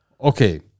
Okay